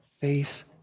face